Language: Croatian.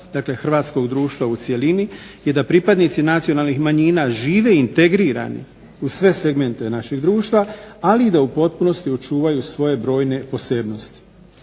dakle hrvatskog društva u cjelini je da pripadnici nacionalnih manjina žive integrirani u sve segmente našeg društva, ali i da u potpunosti očuvaju svoje brojne posebnosti.